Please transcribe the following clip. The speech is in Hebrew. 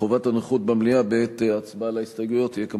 חובת הנוכחות במליאה בעת הצבעה על ההסתייגויות תהיה,